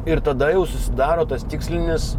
ir tada jau susidaro tas tikslinis